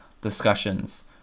discussions